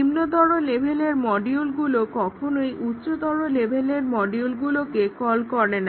নিম্নতর লেভেলের মডিউলগুলো কখনোই উচ্চতর লেভেলের মডিউলগুলোকে কল করে না